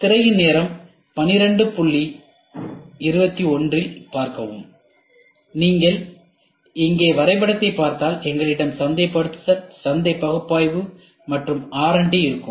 திரையின் நேரம் 12217இல் பார்க்கவும் நீங்கள் இங்கே வரைபடத்தைப் பார்த்தால் எங்களிடம் சந்தைப்படுத்தல் சந்தை பகுப்பாய்வு மற்றும் RD இருக்கும்